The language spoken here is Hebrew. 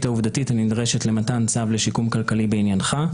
העובדתית הנדרשת למתן צו לשיקום כלכלי בעניינך,